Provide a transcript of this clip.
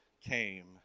came